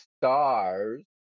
stars